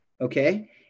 Okay